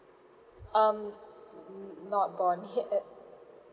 um not born yet